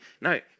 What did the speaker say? no